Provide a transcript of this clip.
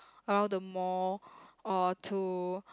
around the mall or to